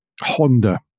Honda